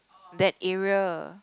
that area